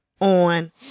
on